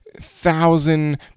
thousand